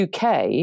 UK